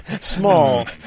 small